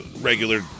regular